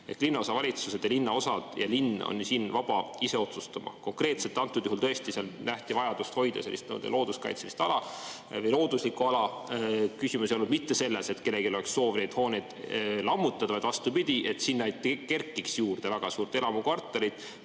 Linnaosavalitsused, linnaosad ja linn on vabad ise otsustama. Konkreetselt antud juhul tõesti nähti vajadust hoida sellist looduskaitselist ala või looduslikku ala. Küsimus ei olnud mitte selles, et kellelgi oleks soov neid hooneid lammutada, vaid vastupidi, et sinna ei kerkiks juurde väga suurt elamukvartalit